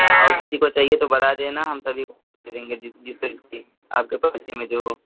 हाँ और किसी को चाहिए तो बता देना हम सभी को दे देंगे जिसको जिसकी आपके पड़ोसी में जो हो